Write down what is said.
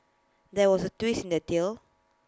there was A twist in the tale